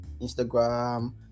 Instagram